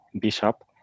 Bishop